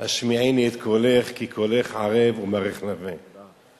השמיעיני את קולך כי קולך ערב ומראיך נאוה".